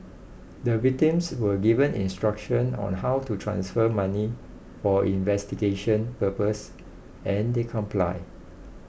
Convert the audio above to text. the victims were given instructions on how to transfer money for investigation purposes and they complied